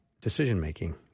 decision-making